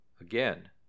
again